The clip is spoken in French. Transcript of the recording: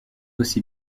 aussi